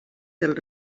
del